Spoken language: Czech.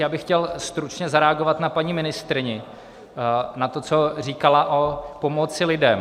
Já bych chtěl stručně zareagovat na paní ministryni, na to, co říkala o pomoci lidem.